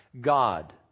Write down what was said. God